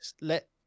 Let